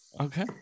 okay